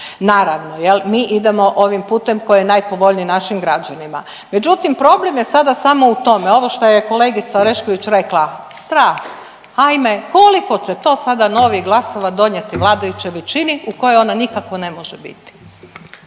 Naravno, jel mi idemo ovim putem koji je najpovoljniji našim građanima. Međutim, problem je sada samo u tome ovo što je kolegica Orešković rekla, strah, ajme koliko će to sada novih glasova donijeti vladajućoj većini u kojoj ona nikako ne može biti.